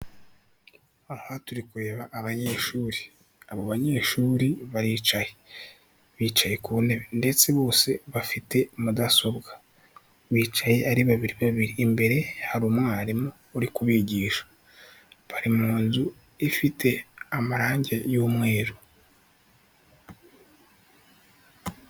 Aha turi kureba abanyeshuri, abo banyeshuri baricaye, bicaye ku ntebe ndetse bose bafite mudasobwa, bicaye ari bibiri babiri, imbere hari umwarimu uri kubigisha, bari mu nzu ifite amarange y'umweru.